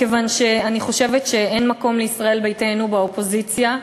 מכיוון שאני חושבת שאין מקום לישראל ביתנו באופוזיציה.